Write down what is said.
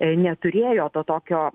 neturėjo to tokio